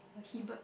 uh he bird